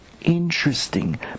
interesting